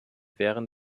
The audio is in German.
während